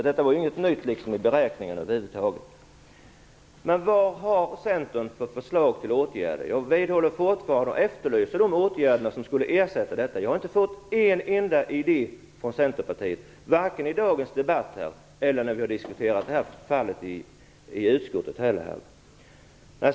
Detta med beräkningarna är ingenting nytt. Vad har Centern för förslag till åtgärder? Jag efterlyser de åtgärder som skulle ersätta detta. Jag har inte fått en enda idé från Centerpartiet, varken i dagens debatt eller när vi har diskuterat i utskottet.